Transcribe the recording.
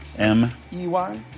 M-E-Y